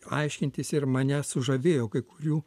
aiškintis ir mane sužavėjo kai kurių